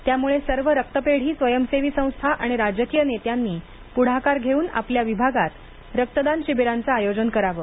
त्यामुळे सर्व रक्तपेढी स्वयंसेवी संस्था आणि राजकीय नेत्यांनी पुढाकार घेऊन आपल्या विभागात रक्तदान शिबिरांचे आयोजन करावे